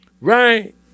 Right